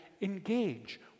engage